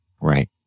Right